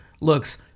looks